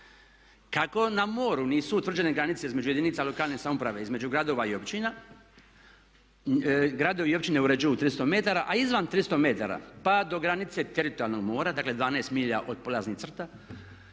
Kako na moru nisu utvrđene granice između jedinica lokalne samouprave, između gradova i općina gradovi i općine uređuju 300 metara, a izvan 300 metara pa do granice teritorijalnog mora dakle 12 milja od polaznih crta